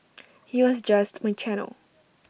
he was just my channel